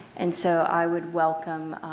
and so i would welcome